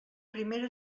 primera